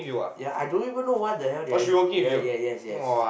ya I don't even know what the hell did I ya yes yes yes